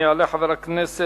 יעלה חבר הכנסת